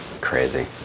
Crazy